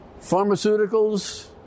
Pharmaceuticals